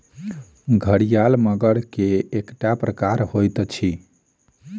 घड़ियाल मगर के एकटा प्रकार होइत अछि